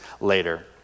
later